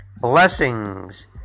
blessings